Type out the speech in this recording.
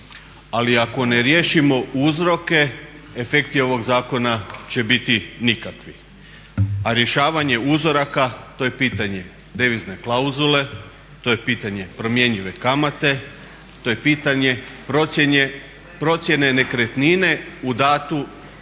ali ako ne riješimo uzroke efekti ovog zakona će biti nikakvi, a rješavanje uzoraka to je pitanje devizne klauzule, to je pitanje promjenjive kamate, to je pitanje procjene nekretnine u datom